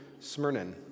Smyrnin